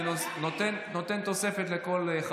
אני נותן תוספת לכל אחד.